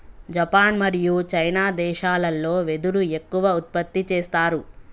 Japan మరియు China దేశాలల్లో వెదురు ఎక్కువ ఉత్పత్తి చేస్తారు